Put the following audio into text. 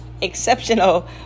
exceptional